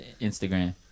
Instagram